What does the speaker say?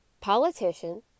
politician